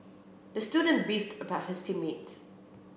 the student beefed about his team mates